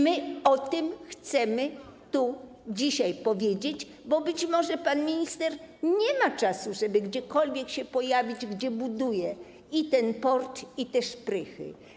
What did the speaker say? My o tym chcemy tu dzisiaj powiedzieć, bo być może pan minister nie ma czasu, żeby gdziekolwiek się pojawić, gdzie buduje port i szprychy.